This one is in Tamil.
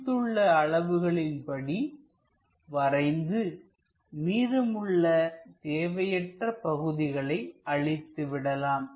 குறித்துள்ள அளவுகளின்படி வரைந்து மீதமுள்ள தேவையற்ற பகுதிகளை அழித்து விடலாம்